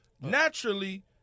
naturally